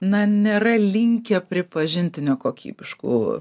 na nėra linkę pripažinti nekokybiškų